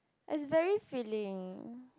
is very filling